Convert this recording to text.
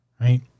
Right